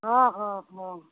অঁ অঁ অঁ